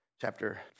chapter